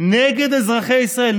נגד אזרחי ישראל,